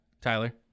Tyler